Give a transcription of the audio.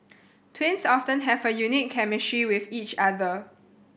twins often have a unique chemistry with each other